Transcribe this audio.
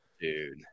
Dude